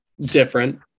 different